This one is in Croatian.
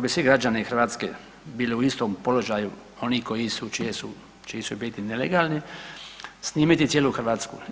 bi svi građani Hrvatske bili u istom položaju oni čiji su u biti nelegalni snimiti cijelu Hrvatsku.